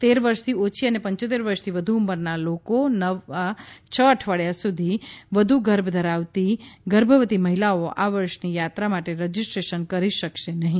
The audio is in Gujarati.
તેર વર્ષથી ઓછી અને પંચોતેર વર્ષથી વધુ ઉંમરવાળા લોકો નવા છ અઠવાડિયાથી વધુ ગર્ભ ધરાવતી ગર્ભવતી મહિલાઓ આ વર્ષની યાત્રા માટે રજીસ્ટ્રેશન કરી શકશે નહીં